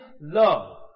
love